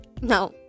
No